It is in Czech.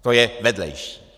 To je vedlejší.